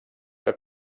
que